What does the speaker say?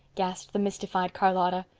gasped the mystified charlotta.